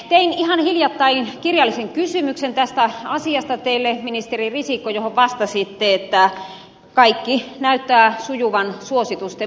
tein ihan hiljattain tästä asiasta teille ministeri risikko kirjallisen kysymyksen johon vastasitte että kaikki näyttää sujuvan suositusten mukaan